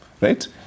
right